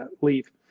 leave